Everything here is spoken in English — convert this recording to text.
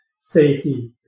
safety